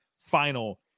final